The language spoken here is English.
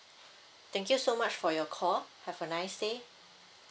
thank you so much for your call have a nice day